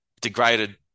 degraded